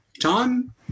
time